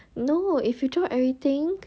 no if you drop everything